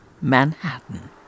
Manhattan